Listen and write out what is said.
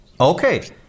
Okay